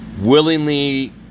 willingly